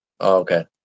Okay